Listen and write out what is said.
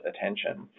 attention